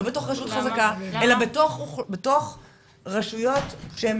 לא בתוך רשות חזקה בתוך רשויות שגם